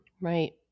Right